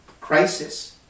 crisis